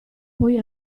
poi